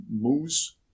moose